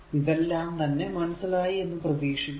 ഇതെല്ലാം തന്നെ മനസ്സിലായി എന്ന് പ്രതീക്ഷിക്കുന്നു